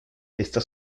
está